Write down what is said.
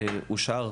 אושר,